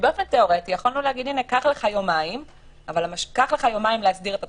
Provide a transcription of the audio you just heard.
באופן תיאורטי יכולנו להגיד: "קח לך יומיים להסדיר את התשלום",